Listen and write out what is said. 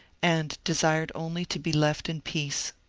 and desired only to be left in peace.